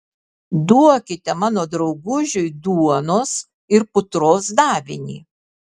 duokite mano draugužiui duonos ir putros davinį